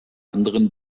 anderen